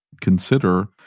consider